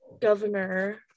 Governor